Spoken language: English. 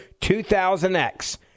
2000X